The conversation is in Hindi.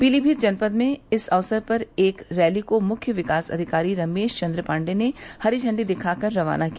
पीलीभीत जनपद में इस अवसर पर एक रैली को मुख्य विकास अधिकारी रमेश चन्द्र पांडेय ने हरी झंडी दिखा कर रवाना किया